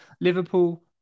Liverpool